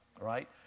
right